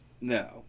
No